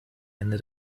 ende